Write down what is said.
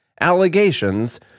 allegations